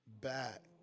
back